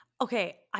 okay